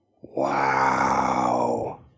Wow